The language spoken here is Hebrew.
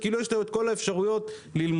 כאילו יש לו כל האפשרויות ללמוד.